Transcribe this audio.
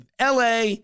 LA